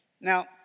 Now